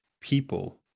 people